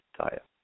diet